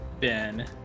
Ben